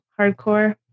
hardcore